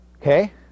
Okay